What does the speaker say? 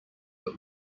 but